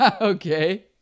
Okay